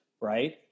right